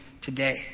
today